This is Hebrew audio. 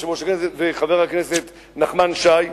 סגן יושב-ראש הכנסת, וחבר הכנסת נחמן שי.